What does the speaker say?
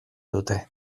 dute